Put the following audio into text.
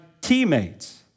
teammates